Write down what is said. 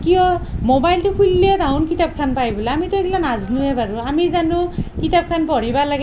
কিয় ম'বাইলটো খোল্লিয়ে তাহুন কিতাপ খান পাই বোলে আমিটো সি গিলাগ নাজনোৱে বাৰু আমি জানো কিতাপখান পঢ়িবা লাগে